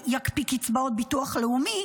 יקפיא קצבאות ביטוח לאומי,